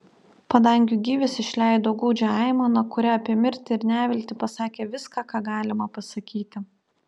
padangių gyvis išleido gūdžią aimaną kuria apie mirtį ir neviltį pasakė viską ką galima pasakyti